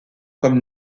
comme